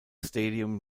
stadium